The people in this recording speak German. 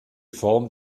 form